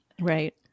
right